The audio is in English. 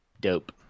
Dope